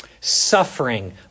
Suffering